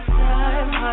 time